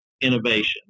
innovation